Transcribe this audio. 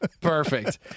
Perfect